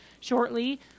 shortly